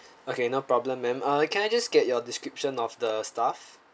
okay no problem ma'am uh can I just get your description of the staff